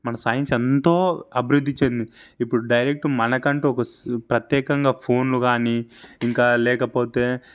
మన సైన్స్ ఎంతో అభివృద్ధి చెందింది ఇప్పుడు డైరెక్ట్ మనకంటూ ఒక ప్రత్యేకంగా ఫోన్లు గానీ ఇంకా లేకపోతే